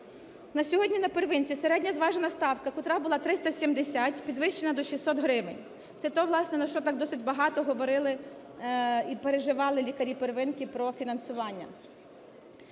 На сьогодні "на первинці" середня зважена ставка, котра була 370, підвищена до 600 гривень. Це те, власне, на що так досить багато говорили і переживали лікарі "первинки" – про фінансування.